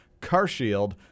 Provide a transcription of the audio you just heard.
carshield